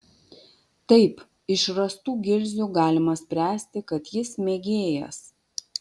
taip iš rastų gilzių galima spręsti kad jis mėgėjas